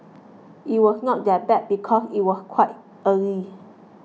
it was not that bad because it was quite early